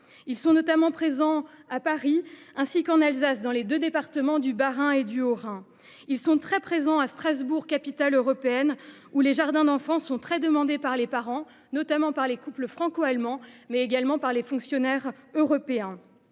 Ils sont notamment implantés à Paris et en Alsace, dans les deux départements du Bas Rhin et du Haut Rhin. Ils sont très présents à Strasbourg, capitale européenne. Ces établissements sont très demandés par les parents, notamment par des couples franco allemands et par des fonctionnaires européens,